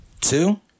two